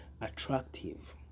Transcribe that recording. attractive